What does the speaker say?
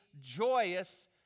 joyous